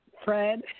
Fred